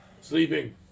Sleeping